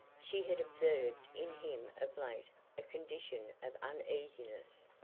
she had observed in him of late a condition of uneasiness,